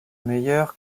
mayer